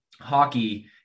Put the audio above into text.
hockey